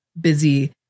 busy